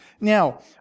Now